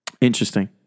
Interesting